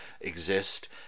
exist